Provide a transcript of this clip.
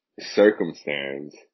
Circumstance